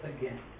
again